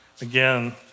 Again